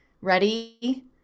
ready